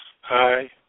Hi